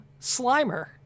Slimer